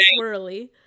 swirly